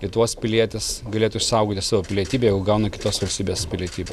į tuos pilietis galėtų išsaugoti savo pilietybę jau gauna kitos valstybės pilietybę